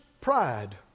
pride